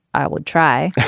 i would try.